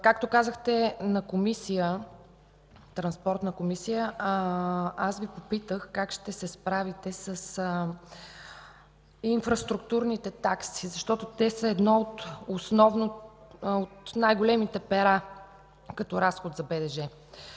Както казахте на Транспортна комисия, аз Ви попитах как ще се справите с инфраструктурните такси, защото те са едно от основните, най-големите пера като разход за БДЖ.